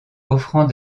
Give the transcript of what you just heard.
offrant